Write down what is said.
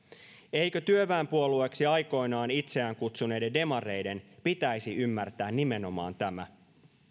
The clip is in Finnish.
eikö työväenpuolueeksi aikoinaan itseään kutsuneiden demareiden pitäisi ymmärtää nimenomaan tämä